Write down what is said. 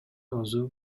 өзү